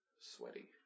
sweaty